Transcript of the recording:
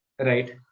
Right